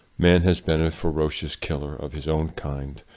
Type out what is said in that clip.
man has been a ferocious killer of his own kind,